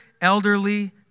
elderly